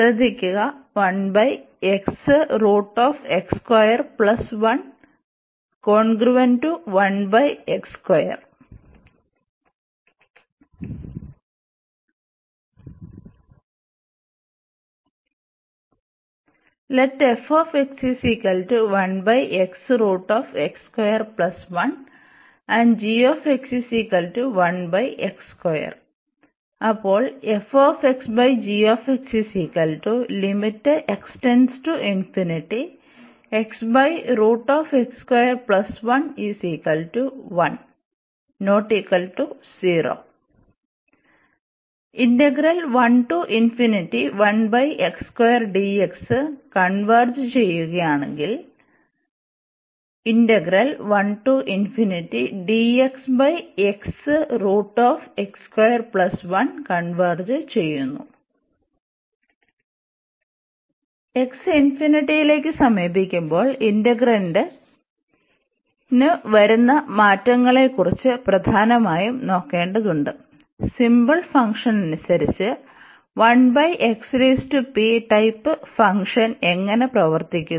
ശ്രദ്ധിക്കുക Let and As converges converges x ഇൻഫിനിറ്റിയിലേക്കു സമീപിക്കുമ്പോൾ ഇന്റഗ്രാന്റ്നു വരുന്ന മാറ്റങ്ങളെക്കുറിച്ചും പ്രധാനമായും നോക്കേണ്ടതുണ്ട് സിമ്പിൾ ഫംഗ്ഷൻ അനുസരിച്ച് 1xp ടൈപ്പ് ഫംഗ്ഷൻ എങ്ങനെ പ്രവർത്തിക്കുന്നു